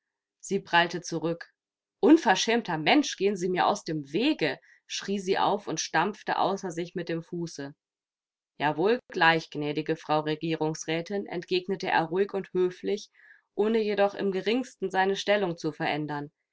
sie prallte zurück unverschämter mensch gehen sie mir aus dem wege schrie sie auf und stampfte außer sich mit dem fuße ja wohl gleich gnädige frau regierungsrätin entgegnete er ruhig und höflich ohne jedoch im geringsten seine stellung zu verändern